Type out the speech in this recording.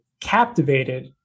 captivated